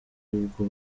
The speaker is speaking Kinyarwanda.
ubwo